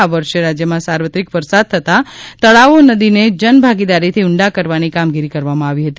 આ વર્ષે રાજયમાં સાર્વત્રીક વરસાદ થતા તળાવો નદીને જનભાગીદારીથી ઊંડા કરવાની કામગીરી કરવામાં આવી હતી